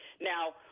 Now